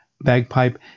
bagpipe